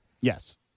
Yes